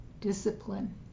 discipline